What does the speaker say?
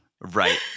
Right